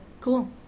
cool